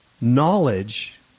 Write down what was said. knowledge